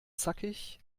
zackig